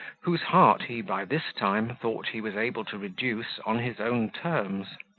whose heart he by this time, thought he was able to reduce on his own terms.